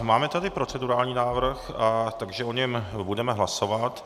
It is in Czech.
Máme tady procedurální návrh, takže o něm budeme hlasovat.